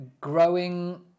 growing